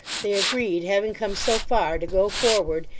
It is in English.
they agreed, having come so far, to go forward,